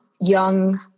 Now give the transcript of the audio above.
young